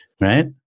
right